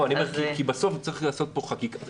לא, אני אומר, כי בסוף צריך לעשות פה חקיקה.